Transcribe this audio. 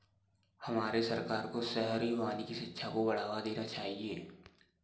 हमारे सरकार को शहरी वानिकी शिक्षा को बढ़ावा देना चाहिए